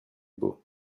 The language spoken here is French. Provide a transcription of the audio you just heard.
beau